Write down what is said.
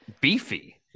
beefy